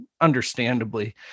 understandably